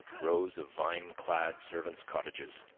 rows of vine-clad servants' cottages,